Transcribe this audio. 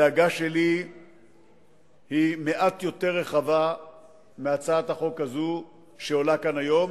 הדאגה שלי היא מעט יותר רחבה מהצעת החוק הזאת שעולה כאן היום